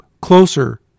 closer